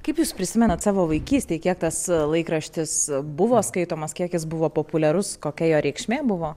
kaip jūs prisimenat savo vaikystėj kiek tas laikraštis buvo skaitomas kiek jis buvo populiarus kokia jo reikšmė buvo